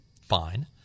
fine